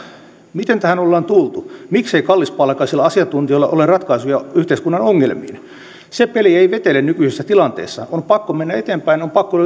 miten tähän ollaan tultu miksei kallispalkkaisilla asiantuntijoilla ole ratkaisuja yhteiskunnan ongelmiin se peli ei vetele nykyisessä tilanteessa on pakko mennä eteenpäin on pakko